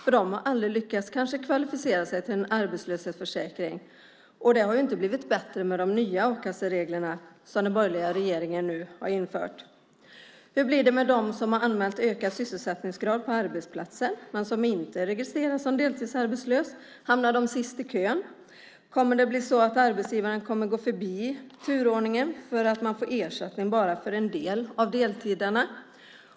De har kanske aldrig lyckats kvalificera sig för arbetslöshetsförsäkring, och det har inte blivit bättre med de nya a-kassereglerna som den borgerliga regeringen nu har infört. Hur blir det med dem som har allmänt ökad sysselsättningsgrad på arbetsplatsen men som inte är registrerade som deltidsarbetslösa? Hamnar de sist i kön? Kommer arbetsgivaren att gå förbi turordningen eftersom de får ersättning för bara en del av deltidarna?